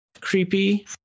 creepy